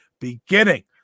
beginning